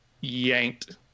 yanked